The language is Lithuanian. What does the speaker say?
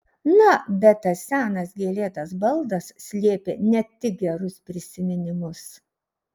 na bet tas senas gėlėtas baldas slėpė ne tik gerus prisiminimus